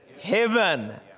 heaven